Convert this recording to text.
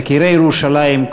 יקירי ירושלים,